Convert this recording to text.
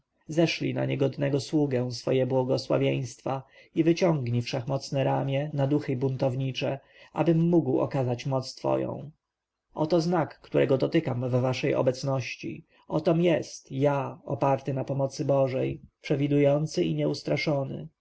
zeszlij na niegodnego sługę swoje błogosławieństwa i wyciągnij wszechmocne ramię na duchy buntownicze abym mógł okazać moc twoją oto znak którego dotykam w waszej obecności otom jest ja oparty na pomocy bożej przewidujący i nieustraszony